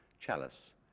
chalice